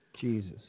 Jesus